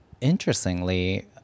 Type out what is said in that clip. interestingly